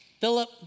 Philip